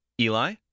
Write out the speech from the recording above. Eli